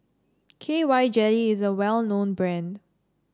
K Y Jelly is a well known brand